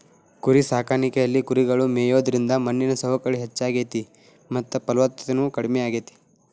ಕುರಿಸಾಕಾಣಿಕೆಯಲ್ಲಿ ಕುರಿಗಳು ಮೇಯೋದ್ರಿಂದ ಮಣ್ಣಿನ ಸವಕಳಿ ಹೆಚ್ಚಾಗ್ತೇತಿ ಮತ್ತ ಫಲವತ್ತತೆನು ಕಡಿಮೆ ಆಗ್ತೇತಿ